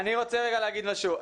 אני רוצה רגע להגיד משהו.